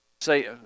Say